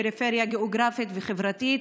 פריפריה גיאוגרפית וחברתית,